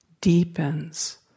deepens